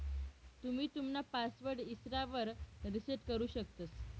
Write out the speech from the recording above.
तुम्ही तुमना पासवर्ड इसरावर रिसेट करु शकतंस